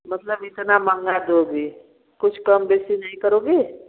मतलब इतना महँगा दोगी कुछ कम बेसी नहीं करोगे